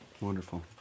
Wonderful